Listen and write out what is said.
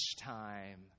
time